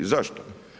Zašto?